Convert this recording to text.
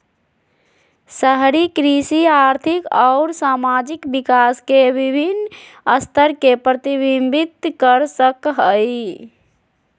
शहरी कृषि आर्थिक अउर सामाजिक विकास के विविन्न स्तर के प्रतिविंबित कर सक हई